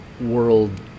world